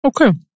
okay